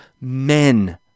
men